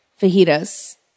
fajitas